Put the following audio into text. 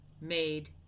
made